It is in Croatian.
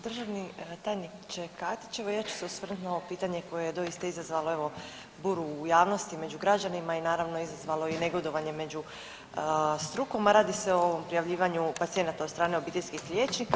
Državni tajniče Katić, evo ja ću se osvrnuti na ovo pitanje koje je doista izazvalo evo buru u javnosti, među građanima i naravno izazvalo i negodovanje među strukom, a radi se o ovom prijavljivanju pacijenata od strane obiteljskih liječnika.